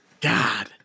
God